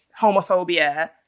homophobia